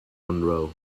monroe